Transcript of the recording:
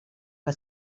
que